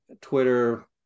twitter